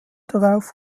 darauf